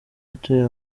utuye